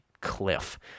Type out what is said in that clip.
cliff